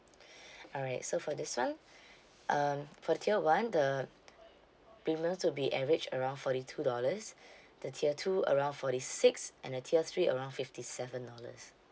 alright so for this one um for the tier one the premium will be averaged around forty two dollars the tier two around forty six and the tier three around fifty seven dollars